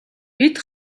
бид